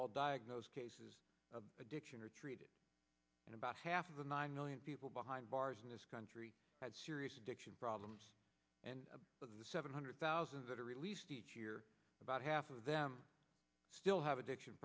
all diagnosed cases of addiction are treated and about half of the nine million people behind bars in this country had serious addiction problems and of the seven hundred thousand that are released each year about half of them still have addiction